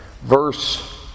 verse